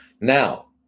Now